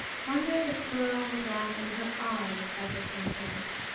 wonder if girl with laugh in her eyes have the content?